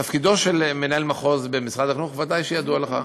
תפקידו של מנהל מחוז במשרד החינוך, ודאי שידוע לך.